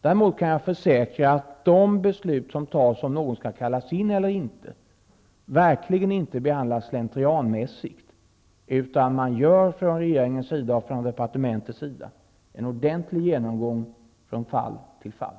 Däremot kan jag försäkra att besluten om någon skall kallas in eller inte verkligen inte fattas slentrianmässigt, utan man gör från regeringens och departementets sida en ordentlig genomgång från fall till fall.